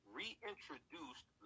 reintroduced